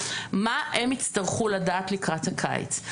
מה הם הצטרכו לדעת לקראת הקיץ.